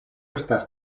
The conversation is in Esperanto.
estas